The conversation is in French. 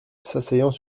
s’asseyant